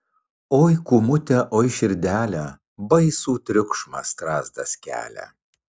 oi kūmute oi širdele baisų triukšmą strazdas kelia